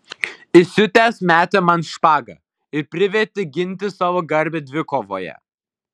įsiutęs metė man špagą ir privertė ginti savo garbę dvikovoje